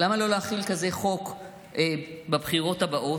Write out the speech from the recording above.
למה לא להחיל כזה חוק בבחירות הבאות?